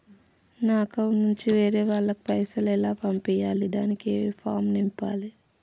నా అకౌంట్ నుంచి వేరే వాళ్ళకు పైసలు ఎలా పంపియ్యాలి దానికి ఏ ఫామ్ నింపాలి?